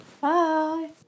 Bye